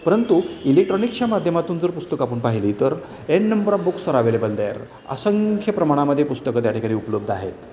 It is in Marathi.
परंतु इलेक्ट्रॉनिक्सच्या माध्यमातून जर पुस्तक आपण पाहिली तर N number of books are available there असंख्य प्रमाणामध्ये पुस्तकं त्या ठिकाणी उपलब्ध आहेत